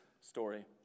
story